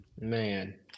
man